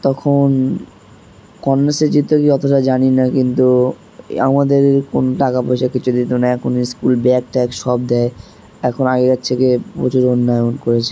তখন কন্যাশ্রী দিত কি অতটা জানি না কিন্তু আমাদের কোনো টাকা পয়সা কিছু দিত না এখন স্কুল ব্যাগ ট্যাগ সব দেয় এখন আগেকার থেকে প্রচুর উন্নয়ন করেছে